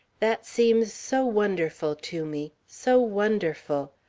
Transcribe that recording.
that seems so wonderful to me so wonderful.